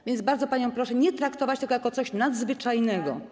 A więc bardzo panią proszę, żeby nie traktować tego jako czegoś nadzwyczajnego.